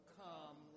come